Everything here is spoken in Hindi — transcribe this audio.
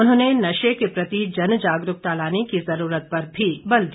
उन्होंने नशे के प्रति जनजागरूकता लाने की जरूरत पर भी बल दिया